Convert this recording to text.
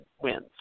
wins